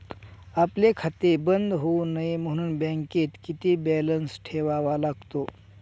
आपले खाते बंद होऊ नये म्हणून बँकेत किती बॅलन्स ठेवावा लागतो?